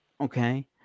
Okay